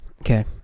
Okay